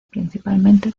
principalmente